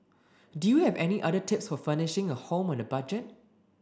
do you have any other tips for furnishing a home on a budget